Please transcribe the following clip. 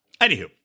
Anywho